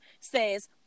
says